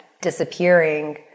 disappearing